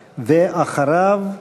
ואחריו,